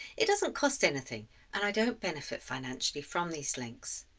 it doesn't cost anything and i don't benefit financially from these links.